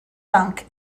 sunk